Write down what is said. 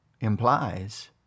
Implies